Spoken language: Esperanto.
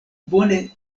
bone